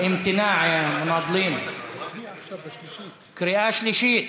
מצביעים בקריאה שלישית.